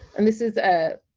and this is a